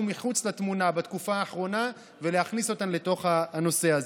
מחוץ לתמונה בתקופה האחרונה ולהכניס אותן לתוך הנושא הזה.